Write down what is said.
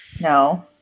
No